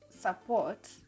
support